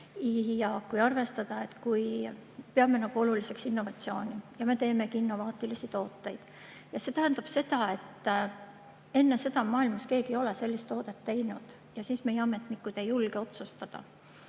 Tuleks arvestada, et me peame oluliseks innovatsiooni ja me teemegi innovaatilisi tooteid. See tähendab seda, et enne seda maailmas keegi ei ole sellist toodet teinud. Ent meie ametnikud ei julge otsustada